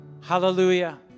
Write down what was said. Hallelujah